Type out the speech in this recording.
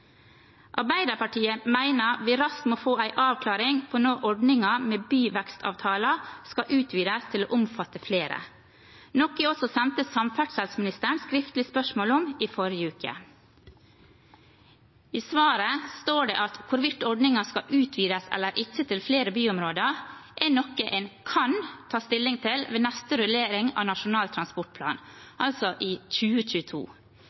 Arbeiderpartiet mener vi raskt må få en avklaring på når ordningen med byvekstavtaler skal utvides til å omfatte flere, noe jeg også sendte samferdselsministeren et skriftlig spørsmål om i forrige uke. I svaret står det at hvorvidt ordningen skal utvides til flere byområder eller ikke, er noe en kan ta stilling til ved neste rullering av Nasjonal transportplan, altså i 2022.